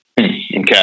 Okay